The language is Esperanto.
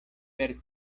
per